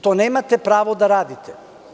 To nemate pravo da radite.